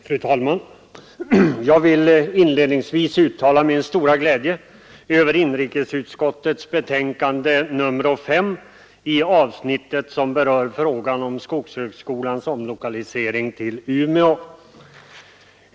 Fru talman! Jag vill inledningsvis uttala min stora glädje över det avsnitt i inrikesutskottets betänkande nr 5 som berör frågan om skogshögskolans omlokalisering till Umeå.